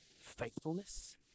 Faithfulness